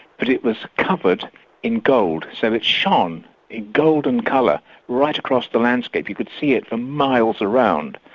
but it was covered in gold, so and it shone in golden colour right across the landscape. you could see it for ah miles around.